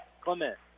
Clement